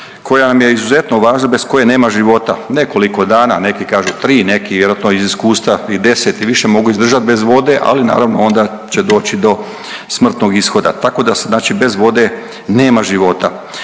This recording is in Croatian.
koja nam je izuzetno važna bez koje nema života. Nekoliko dana, neki kažu 3, neki vjerojatno iz iskustva i 10 i više mogu izdržat bez vode, ali naravno onda će doći do smrtnog ishoda. Tako da znači bez vode nema života.